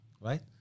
right